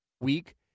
week